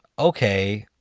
okay,